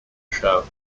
show